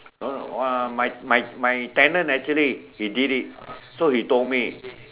no no !wah! my my my tenant actually he did it so he told me